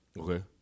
Okay